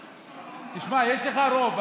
תשמע, יש לך רוב.